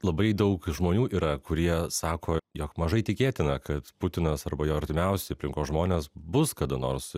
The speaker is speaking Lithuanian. labai daug žmonių yra kurie sako jog mažai tikėtina kad putinas arba jo artimiausi aplinkos žmonės bus kada nors